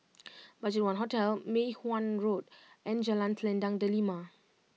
BudgetOne Hotel Mei Hwan Road and Jalan Selendang Delima